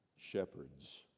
Shepherds